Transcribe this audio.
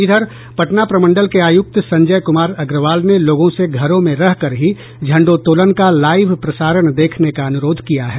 इधर पटना प्रमंडल के आयुक्त संजय कुमार अग्रवाल ने लोगों से घरों में रहकर ही झंडोत्तोलन का लाईव प्रसारण देखने का अनुरोध किया है